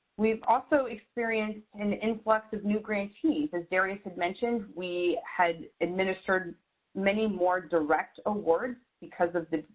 we've also experienced an influx of new grantees. as darius had mentioned, we had administered many more direct awards because of the,